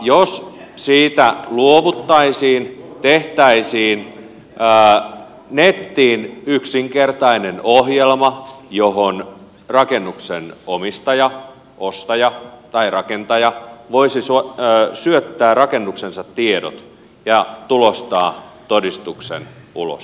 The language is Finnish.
jos siitä luovuttaisiin tehtäisiin nettiin yksinkertainen ohjelma johon rakennuksen omistaja ostaja tai rakentaja voisi syöttää rakennuksensa tiedot ja tulostaa todistuksen ulos